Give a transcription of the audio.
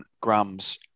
grams